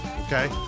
Okay